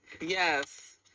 Yes